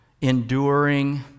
enduring